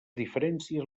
diferències